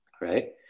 Right